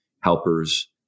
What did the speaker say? helpers